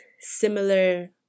similar